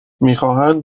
میخواهند